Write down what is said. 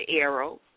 arrow